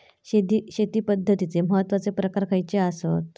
शेती पद्धतीचे महत्वाचे प्रकार खयचे आसत?